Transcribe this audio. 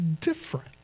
different